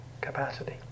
capacity